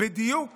בדיוק